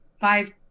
five